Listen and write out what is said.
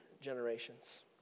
generations